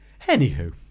Anywho